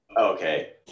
Okay